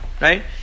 right